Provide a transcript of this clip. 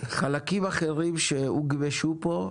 חלקים אחרים שהוגמשו פה,